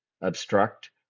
obstruct